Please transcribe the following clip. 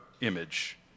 image